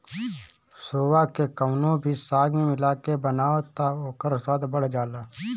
सोआ के कवनो भी साग में मिला के बनाव तअ ओकर स्वाद बढ़ जाला